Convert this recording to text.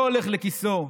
לא הולך לכיסו.